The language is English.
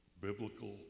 biblical